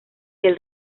del